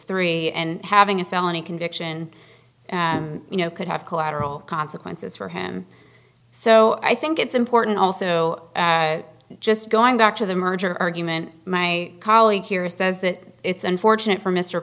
three and having a felony conviction you know could have collateral consequences for him so i think it's important also just going back to the merger argument my colleague here says that it's unfortunate for m